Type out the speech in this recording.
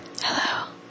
Hello